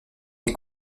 les